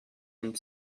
and